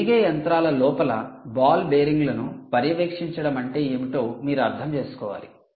తిరిగే యంత్రాల లోపల బాల్ బేరింగ్లను పర్యవేక్షించడం అంటే ఏమిటో మీరు అర్థం చేసుకోవాలి